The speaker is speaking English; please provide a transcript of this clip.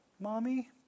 Mommy